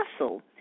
Russell